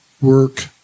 work –